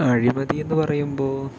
അഴിമതി എന്ന് പറയുമ്പോൾ